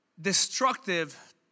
destructive